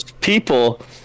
people